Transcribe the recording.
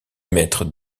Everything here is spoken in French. mettre